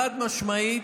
חד-משמעית,